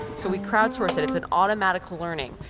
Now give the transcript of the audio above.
so we crowdsource it. it's an automatic learning.